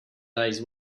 day’s